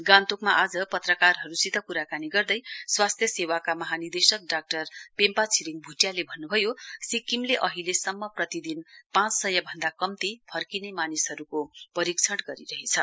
गान्तोकमा आज पत्रकारहरूसित क्राकानी गर्दे स्वास्थ्य सेवाका महानिदेशक डाक्टर पेम्पा छिरिङ भ्टियाले भन्न्भयो सिक्किमले अहिले सम्म प्रतिदिन पाँचसय भन्दा कम्ती फर्किने मानिसहरूको परीक्षण गरिरहेछ